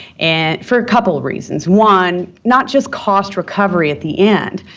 and for a couple of reasons. one, not just cost recovery at the end,